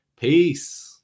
Peace